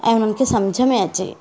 ऐं उनखे सम्झि में अचे